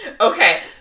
okay